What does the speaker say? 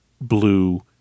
blue